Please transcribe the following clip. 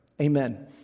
Amen